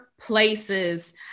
places